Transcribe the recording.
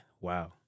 Wow